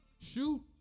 shoot